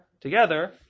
together